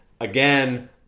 again